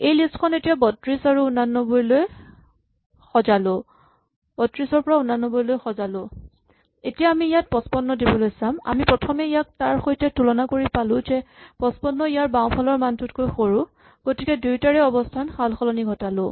এই লিষ্ট খন এতিয়া আমি ৩২ ৰ পৰা ৮৯ লৈ সজালো এতিয়া আমি ইয়াত ৫৫ দিবলৈ চাম আমি প্ৰথমে ইয়াক তাৰ সৈতে তুলনা কৰি পালো যে ৫৫ ইয়াৰ বাওঁফালৰ মানটোতকৈ সৰু গতিকে দুয়োটাৰে অৱস্হানৰ সালসলনি ঘটালো